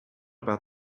about